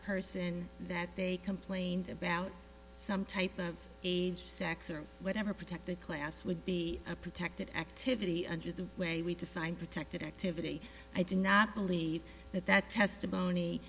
person that they complained about some type of sex or whatever protected class would be a protected activity under the way we define protected activity i do not believe that that testimony